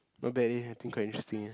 not bad eh I think quite interesting eh